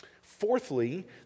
Fourthly